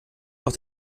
noch